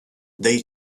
they